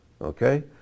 Okay